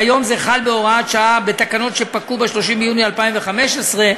כיום זה חל בהוראת שעה בתקנות שפקעו ב-30 ביוני 2015,